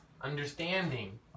Understanding